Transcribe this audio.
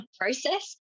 process